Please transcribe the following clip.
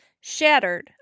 Shattered